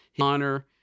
honor